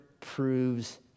proves